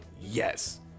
yes